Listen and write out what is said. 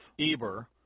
Eber